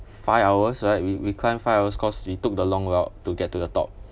five hours right we we climbed five hours because we took the long route to get to the top